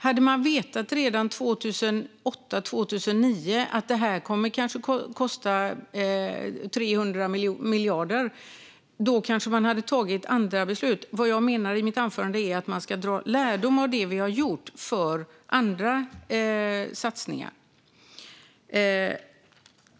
Om man redan 2008/09 hade vetat att detta kanske kommer att kosta 300 miljarder hade man kanske tagit andra beslut. Vad jag menar i mitt anförande är att man ska dra lärdom av det vi har gjort inför andra satsningar.